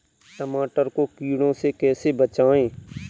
टमाटर को कीड़ों से कैसे बचाएँ?